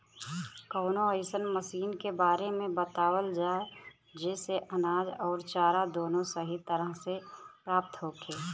कवनो अइसन मशीन के बारे में बतावल जा जेसे अनाज अउर चारा दोनों सही तरह से प्राप्त होखे?